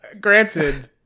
Granted